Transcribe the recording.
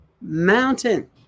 mountain